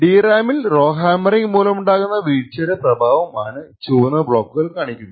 DRAM ൽ rowhammering മൂലമുണ്ടാകുന്ന വീഴ്ചയുടെ പ്രഭാവം ആണ് ചുവന്ന ബ്ലോക്കുകൾ കാണിക്കുന്നത്